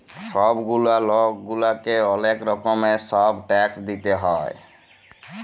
ছব গুলা লক গুলাকে অলেক রকমের ছব ট্যাক্স দিইতে হ্যয়